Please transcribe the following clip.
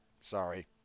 Sorry